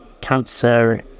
cancer